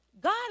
God